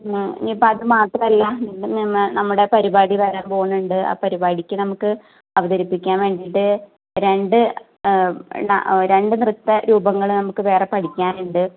ഇനിയിപ്പോൾ അത് മാത്രമല്ല പിന്നെ നമ്മുടെ പരിപാടി വരാൻ പോവുന്നുണ്ട് ആ പരിപാടിക്ക് നമുക്ക് അവതരിപ്പിക്കാൻ വേണ്ടിയിട്ട് രണ്ട് രണ്ട് നൃത്തരൂപങ്ങൾ നമുക്ക് വേറെ പഠിക്കാനുണ്ട്